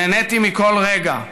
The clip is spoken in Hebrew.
נהניתי מכל רגע.